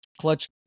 clutch